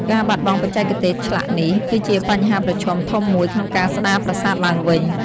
ការបាត់បង់បច្ចេកទេសឆ្លាក់នេះ គឺជាបញ្ហាប្រឈមធំមួយក្នុងការស្ដារប្រាសាទឡើងវិញ។